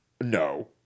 No